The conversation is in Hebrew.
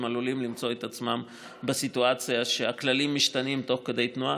הם עלולים למצוא את עצמם בסיטואציה שבה הכללים משתנים תוך כדי תנועה.